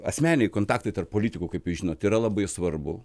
asmeniniai kontaktai tarp politikų kaip jūs žinot yra labai svarbu